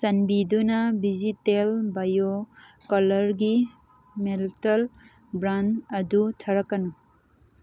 ꯆꯟꯕꯤꯗꯨꯅ vegetable bio ꯀꯂꯔꯒꯤ Milton brand ꯑꯗꯨ ꯊꯥꯔꯛꯀꯅꯨ